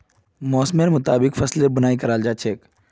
मौसमेर मुताबिक फसलेर बुनाई कराल जा छेक